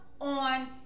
on